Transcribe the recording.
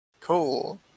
Cool